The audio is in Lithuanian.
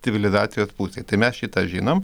civilizacijos pusėj tai mes šitą žinom